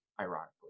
ironically